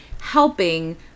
helping